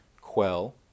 quell